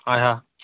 अच्छा